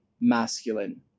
masculine